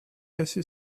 assez